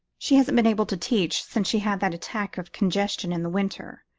she hasn't been able to teach since she had that attack of congestion in the winter,